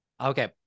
Okay